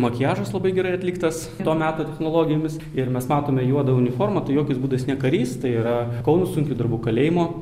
makiažas labai gerai atliktas to meto technologijomis ir mes matome juodą uniformą tai jokiais būdais ne karys tai yra kauno sunkių darbų kalėjimo